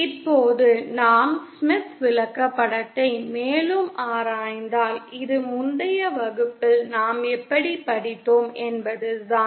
இப்போது நாம் ஸ்மித் விளக்கப்படத்தை மேலும் ஆராய்ந்தால் இது முந்தைய வகுப்பில் நாம் எப்படி படித்தோம் என்பதுதான்